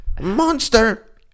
monster